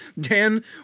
Dan